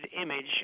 image